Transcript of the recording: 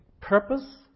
purpose